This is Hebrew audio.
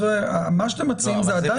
מה שאתם מציעים זה עדיין --- לא,